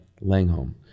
Langholm